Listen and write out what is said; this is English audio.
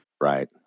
Right